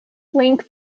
link